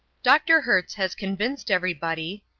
dr. hertz has convinced everybody,